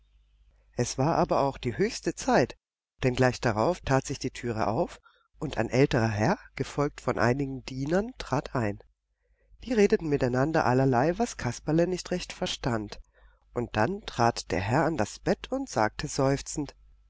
es war aber auch die höchste zeit denn gleich darauf tat sich die türe auf und ein älterer herr gefolgt von einigen dienern trat ein die redeten miteinander allerlei was kasperle nicht recht verstand und dann trat der herr an das bett heran und sagte seufzend